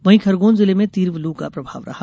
वहीं खरगौन जिले में तीव्र लू का प्रभाव रहा